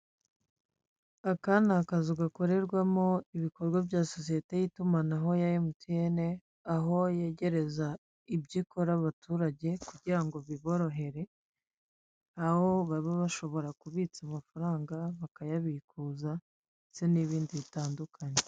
Aka ni akazu gakorerwamo ibikorwa bya sosiyete y'itumanaho ya Emutiyene, aho yegereza ibyo ikora abaturage kugira ngo biborohere, aho baba bashobora kubitsa amafaranga, bakayabikuza ndetse n'ibindi bitandukanye.